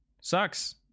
sucks